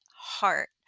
heart